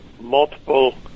multiple